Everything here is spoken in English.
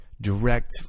direct